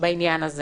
בעניין הזה